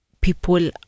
people